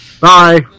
Bye